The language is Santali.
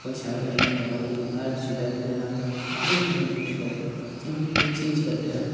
ᱚᱠᱚᱭ ᱥᱟᱶᱛᱮ ᱡᱮᱱᱚ ᱱᱚᱝᱠᱟ ᱵᱟᱝ ᱦᱳᱭᱳᱜ ᱟᱨ ᱥᱮᱛᱟ ᱠᱚ ᱛᱟᱦᱮᱱᱟ ᱵᱷᱳᱜ ᱟᱹᱧ ᱠᱟᱱ ᱛᱟᱦᱮᱸᱫᱼᱟᱠᱩ ᱛᱚ ᱪᱮᱫ ᱤᱧ ᱪᱮᱠᱟᱹ ᱫᱟᱲᱮᱭᱟᱜᱼᱟ